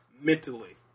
Mentally